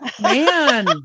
Man